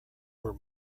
were